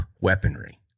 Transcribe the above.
weaponry